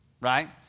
right